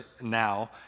now